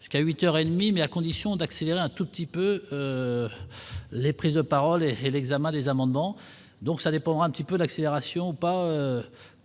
jusqu'à 8 heures et demie mais à condition d'accélérer un tout petit peu les prises de parole et et l'examen des amendements donc ça dépend un petit peu l'accélération ou pas,